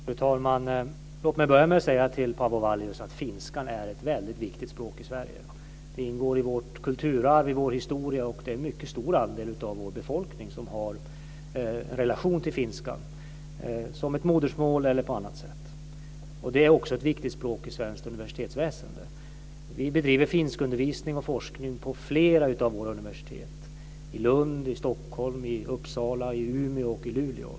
Fru talman! Låt mig börja med att säga till Paavo Vallius att finskan är ett väldigt viktigt språk i Sverige. Det ingår i vårt kulturarv och vår historia och det är en mycket stor andel av vår befolkning som har en relation till finskan som modersmål eller på annat sätt. Det är också ett viktigt språk i svenskt universitetsväsende. Vi bedriver finskundervisning och forskning vid flera av våra universitet; Lund, Stockholm, Uppsala, Umeå och Luleå.